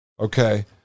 Okay